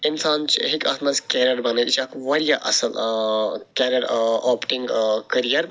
اِنسان چھُ ہیٚکہِ اتھ مَنٛز کیریَر بَنٲیِتھ یہِ چھُ اکھ واریاہ اصٕل ٲں کیریَر ٲں آپٹِنٛگ کیریَر